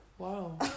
wow